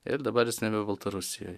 ir dabar jis nebe baltarusijoj